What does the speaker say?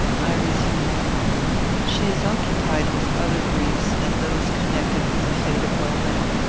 i resumed she is occupied with other griefs than those connected with the fate of welbeck.